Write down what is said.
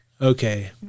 Okay